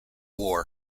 war